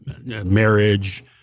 marriage